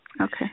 Okay